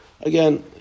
again